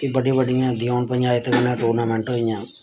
फ्ही बड्डी बड्डियां इत्थै कन्नै टूर्नामेंट होइयां